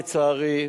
לצערי,